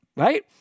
Right